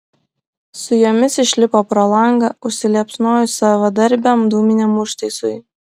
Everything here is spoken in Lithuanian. su jomis išlipo pro langą užsiliepsnojus savadarbiam dūminiam užtaisui